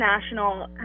National